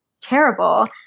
terrible